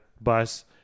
bus